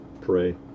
pray